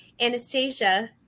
Anastasia